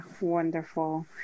wonderful